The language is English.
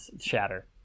shatter